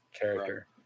character